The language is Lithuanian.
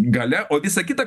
galia o visa kita